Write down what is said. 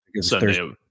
Sunday